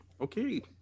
Okay